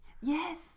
Yes